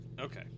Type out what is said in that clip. Okay